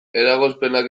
eragozpenak